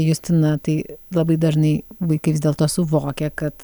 justina tai labai dažnai vaikai vis dėlto suvokia kad